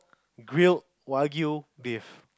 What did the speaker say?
grilled wagyu beef